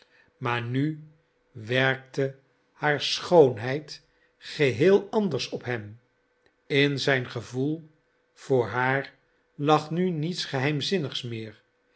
maar nu werkte haar schoonheid geheel anders op hem in zijn gevoel voor haar lag nu niets geheimzinnigs meer